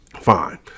fine